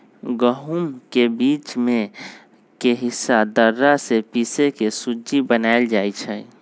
गहुम के बीच में के हिस्सा दर्रा से पिसके सुज्ज़ी बनाएल जाइ छइ